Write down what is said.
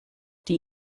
die